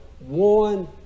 One